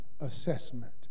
assessment